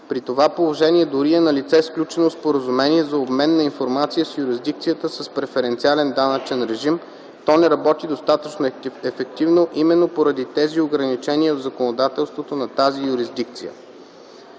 при това положение дори да е налице сключено споразумение за обмен на информация с юрисдикцията с преференциален данъчен режим, то не работи достатъчно ефективно именно поради тези ограничения в законодателството на тази юрисдикция.